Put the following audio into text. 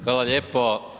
Hvala lijepo.